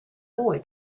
boy